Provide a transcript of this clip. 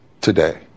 Today